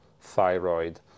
thyroid